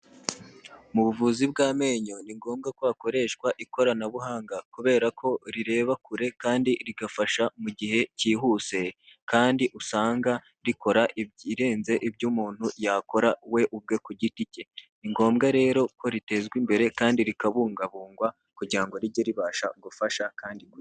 Mu buvuzi bw'amenyo ni ngombwa ko hakoreshwa ikoranabuhanga kubera ko rireba kure kandi rigafasha mu gihe cyihuse, kandi usanga rikora ibirenze ibyo umuntu yakora we ubwe ku giti cye. Ni ngombwa rero ko ritezwa imbere kandi rikabungabungwa kugira ngo rijye ribasha gufasha kandi ....